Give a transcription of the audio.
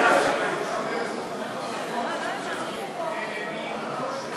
הממשלה